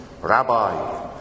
Rabbi